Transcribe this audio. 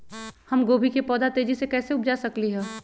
हम गोभी के पौधा तेजी से कैसे उपजा सकली ह?